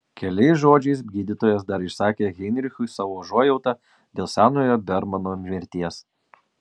keliais žodžiais gydytojas dar išsakė heinrichui savo užuojautą dėl senojo bermano mirties